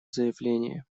заявление